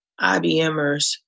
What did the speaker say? IBMers